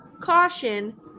Caution